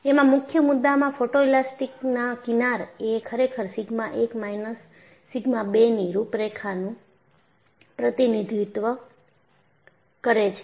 એમાં મુખ્ય મુદ્દામાં ફોટોએલાસ્ટીકનાં કિનાર એ ખરેખર સિગ્મા 1 માઈનસ સિગ્મા 2 ની રૂપરેખાનું પ્રતિનિધિત્વ કરે છે